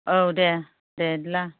औ दे दे बिदिब्ला